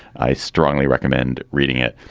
i strongly recommend reading it.